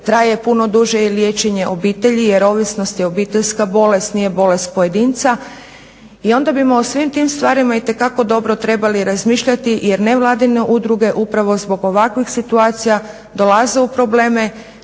Traje puno duže i liječenje obitelji jer ovisnost je obiteljska bolest, nije bolest pojedinca. I onda bismo o svim tim stvarima itekako dobro trebali razmišljati jer nevladine udruge upravo zbog ovakvih situacija dolaze u probleme